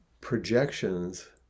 projections